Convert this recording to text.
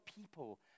people